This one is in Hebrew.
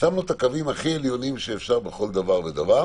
שמנו את הקווים הכי עליונים שאפשר בכל דבר ודבר.